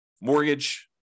mortgage